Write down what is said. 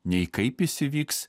nei kaip jis įvyks